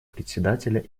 председателя